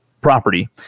property